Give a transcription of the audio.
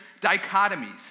dichotomies